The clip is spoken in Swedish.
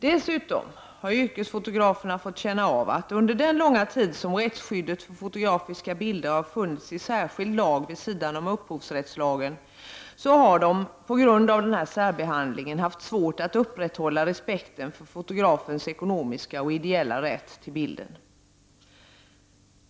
Dessutom har yrkesfotograferna under den långa tid som rättsskyddet för fotografiska bilder har funnits i särskild lag vid sidan av upphovsrättslagen, just på grund av denna särbehandling, haft svårt att upprätthålla respekten för fotografens ekonomiska och ideella rätt till bilden.